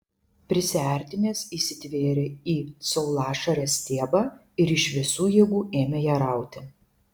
prisiartinęs įsitvėrė į saulašarės stiebą ir iš visų jėgų ėmė ją rauti